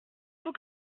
faut